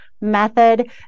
method